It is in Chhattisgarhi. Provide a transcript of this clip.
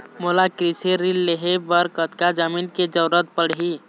मोला कृषि ऋण लहे बर कतका जमीन के जरूरत पड़ही?